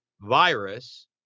virus